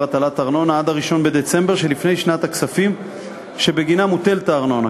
הטלת ארנונה עד 1 בדצמבר שלפני שנת הכספים שבגינה מוטלת הארנונה.